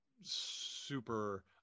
super